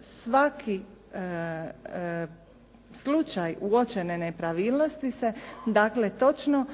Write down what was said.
svaki slučaj uočene nepravilnosti se dakle točno